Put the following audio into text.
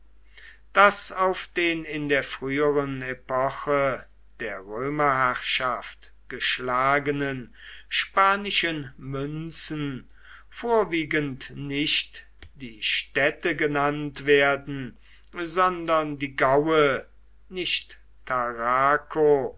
daß auf den in der früheren epoche der römerherrschaft geschlagenen spanischen münzen vorwiegend nicht die städte genannt werden sondern die gaue nicht tarraco